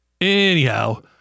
Anyhow